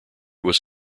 was